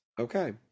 okay